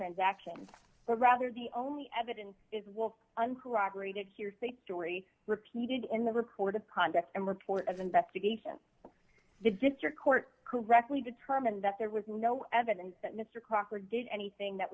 transaction but rather the only evidence is will uncorroborated hearsay story repeated in the report of conduct and report of investigation the district court correctly determined that there was no evidence that mr crocker did anything that